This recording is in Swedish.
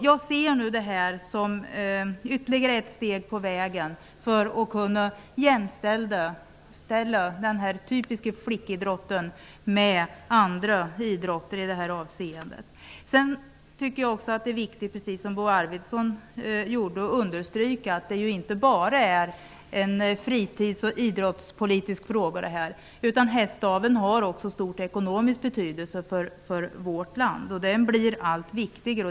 Jag ser dagens beslut som ytterligare ett steg på vägen mot att jämställa denna typiska flickidrott med andra idrotter i detta avseende. Jag tycker att det är viktigt att understryka, precis som Bo Arvidson gjorde, att detta inte bara är en fritids och idrottspolitisk fråga. Hästaveln har också stor ekonomisk betydelse för vårt land. Den blir allt viktigare.